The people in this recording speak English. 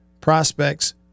prospects